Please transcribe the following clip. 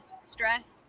stress